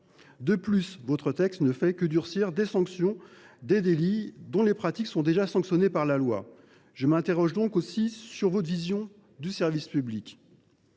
De plus, votre texte ne fait que durcir les sanctions applicables à des délits déjà sanctionnés par la loi. Je m’interroge aussi sur votre vision du service public.